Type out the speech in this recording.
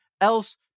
else